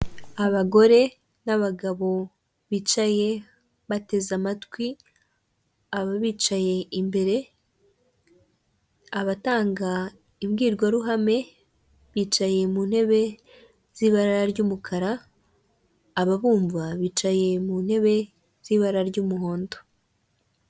Abagore n'abagabo bicaye bateze amatwi, aba bicaye imbere, abatanga imbwirwaruhame bicaye mu ntebe z'ibara ry'umukara, ababumva bicaye mu ntebe z'ibara ry'umuhondo.